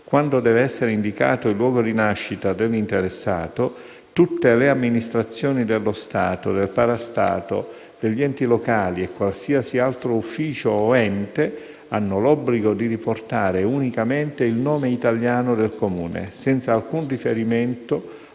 quando deve essere indicato il luogo di nascita dell'interessato, tutte le amministrazioni dello Stato, del parastato, degli enti locali e qualsiasi altro ufficio o ente hanno l'obbligo dì riportare unicamente il nome italiano del Comune, senza alcun riferimento